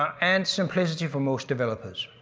um and simplicity for most developers.